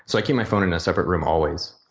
like yeah my phone in a separate room always.